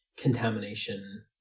contamination